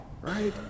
right